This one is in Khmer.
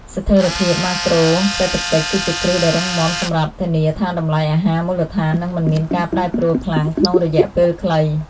ស្ថិរភាពម៉ាក្រូសេដ្ឋកិច្ច គឺជាគ្រឹះដ៏រឹងមាំសម្រាប់ធានាថាតម្លៃអាហារមូលដ្ឋាននឹងមិនមានការប្រែប្រួលខ្លាំងក្នុងរយៈពេលខ្លី។